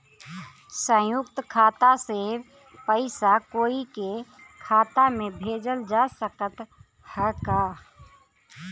संयुक्त खाता से पयिसा कोई के खाता में भेजल जा सकत ह का?